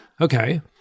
okay